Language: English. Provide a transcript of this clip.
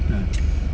ah